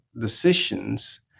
decisions